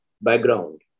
background